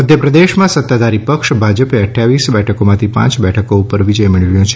મધ્યપ્રદેશમાં સતાધારી ભાજપે અક્રાવીસ બેઠકોમાંથી પાંચ બેઠકો પર વિજય મેળવ્યો છે